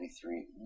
three